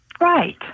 Right